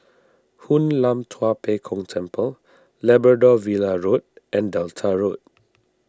Hoon Lam Tua Pek Kong Temple Labrador Villa Road and Delta Road